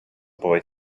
boy